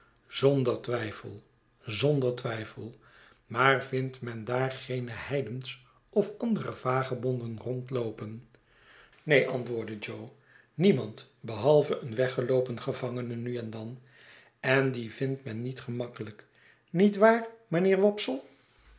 zonder twijfel zonder twijfel maar vindt men daar geene heidens of andere vagebonden rondloopen neen antwoordde jo niemand behalve een weggeloopen gevangene nu en dan en dien vindt men niet gemakkelijk niet waar